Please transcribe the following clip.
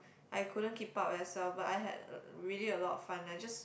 I couldn't keep up as well but I had really a lot of fun I just